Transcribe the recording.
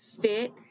fit